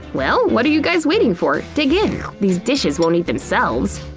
well, what are you guys waiting for, dig in! these dishes won't eat themselves!